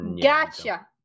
Gotcha